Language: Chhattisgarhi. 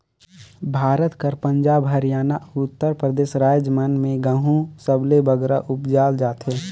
भारत कर पंजाब, हरयाना, अउ उत्तर परदेस राएज मन में गहूँ सबले बगरा उपजाल जाथे